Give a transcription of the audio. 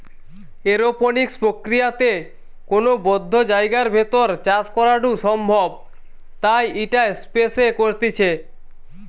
aeroponics প্রক্রিয়াতে কোনো বদ্ধ জায়গার ভেতর চাষ করাঢু সম্ভব তাই ইটা স্পেস এ করতিছে